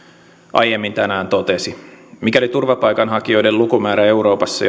aiemmin tänään totesi mikäli turvapaikanhakijoiden lukumäärä euroopassa